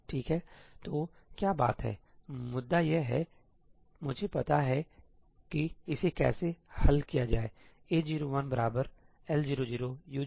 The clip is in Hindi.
ठीक है तो क्या बात है मुद्दा यह है मुझे पता है कि इसे कैसे हल किया जाएA01 L00 U01